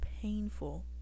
painful